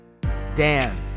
Dan